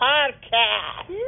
Podcast